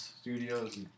Studios